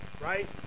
right